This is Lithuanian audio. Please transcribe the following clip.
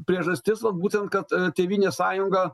priežastis vat būtent kad tėvynės sąjunga